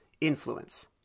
influence